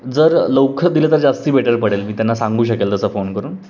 जर लवकर दिलं तर जास्त बेटर पडेल मी त्यांना सांगू शकेल तसं फोन करून